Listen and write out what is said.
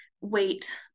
weight